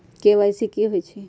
KYC कि होई छई?